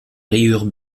rayures